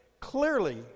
Clearly